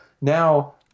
now